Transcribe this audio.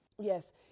Yes